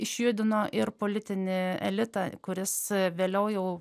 išjudino ir politinį elitą kuris vėliau jau